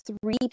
three